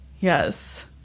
Yes